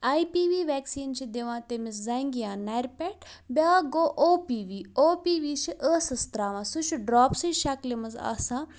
آے P V vaccine چھِ دِوان تٔمِس زنٛگہِ یا نَرِ پٮ۪ٹھ بیٛاکھ گوٚو O P V O P V چھِ ٲسَس ترٛاوان سُہ چھُ ڈرٛاپسٕچ شَکلہِ منٛز آسان